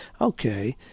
Okay